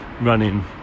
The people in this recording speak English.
running